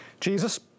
Jesus